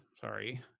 sorry